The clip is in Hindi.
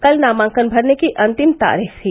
कल नामांकन भरने की अंतिम तारीख थी